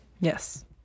Yes